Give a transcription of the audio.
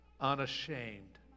unashamed